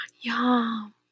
Yum